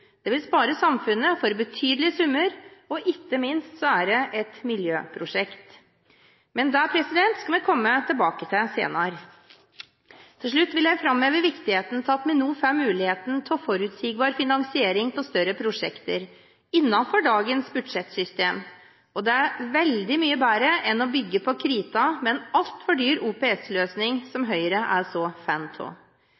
Det vil spare samfunnet for betydelige summer, og det er dessuten et miljøprosjekt, men dette skal vi komme tilbake til senere. Til slutt vil jeg framheve viktigheten av at vi nå får muligheten for forutsigbar finansiering av større prosjekter innenfor dagens budsjettsystem. Det er veldig mye bedre enn å bygge på krita med en altfor dyr OPS-løsning – som